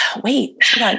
wait